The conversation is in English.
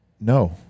no